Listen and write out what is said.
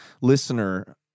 listener